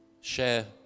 share